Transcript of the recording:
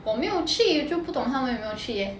我没有去就不懂他们有没有去 leh